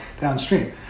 downstream